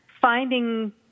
Finding